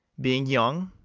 being young,